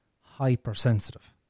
hypersensitive